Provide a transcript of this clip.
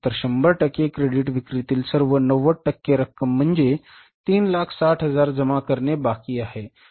तर 100 टक्के क्रेडिट विक्रीतील सर्व 90 टक्के रक्कम म्हणजेच 360000 जमा करणे बाकी आहे